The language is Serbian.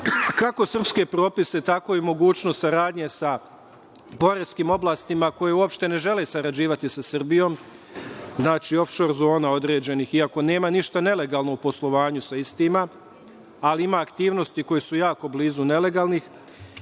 kako srpske propise, tako i mogućnost saradnje sa poreskim oblastima koje uopšte ne žele sarađivati sa Srbijom, znači ofšor zona određenih, iako nema ništa nelegalno u poslovanju sa istima, ali ima aktivnosti koje su jako blizu nelegalnih